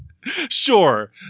Sure